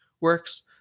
works